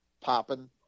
popping